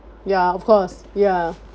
ya of course ya